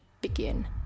begin